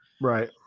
Right